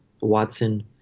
Watson